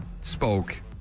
spoke